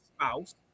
spouse